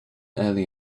early